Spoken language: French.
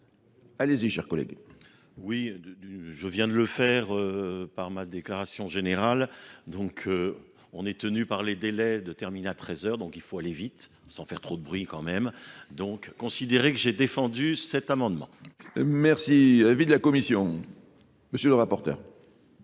Allez-y, cher collègue. Oui, je viens de le faire par ma déclaration générale. Donc on est tenu par les délais de terminat 13 heures, donc il faut aller vite, sans faire trop de bruit quand même. Donc considérez que j'ai défendu cet amendement. Oui, Monsieur le Président,